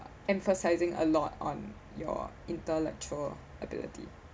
emphasising a lot on your intellectual ability